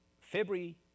February